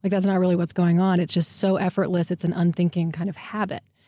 like that's not really what's going on. it's just so effortless, it's an unthinking kind of habit.